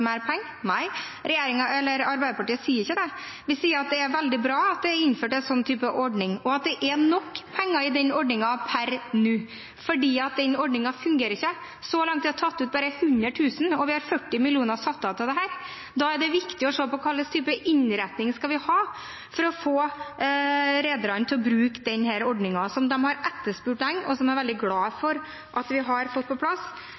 mer penger. Nei, Arbeiderpartiet sier ikke det. Vi sier at det er veldig bra at det er innført en slik type ordning, og at det er nok penger i den ordningen per nå, men ordningen fungerer ikke. Så langt er det tatt ut bare 100 000 kr, og vi har satt av 40 mill. kr her. Da er det viktig å se på hva slags type innretning vi skal ha for å få rederne til å bruke denne ordningen, som de har etterspurt lenge, og som jeg er veldig glad for at vi har fått på plass.